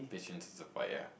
patience to support ya